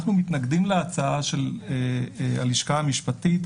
אנחנו מתנגדים להצעה של הלשכה המשפטית.